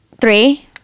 Three